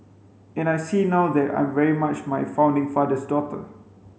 and I see now that I'm very much my founding father's daughter